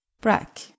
Brack